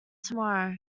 tomorrow